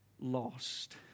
lost